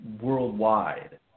worldwide